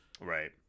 Right